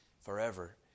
forever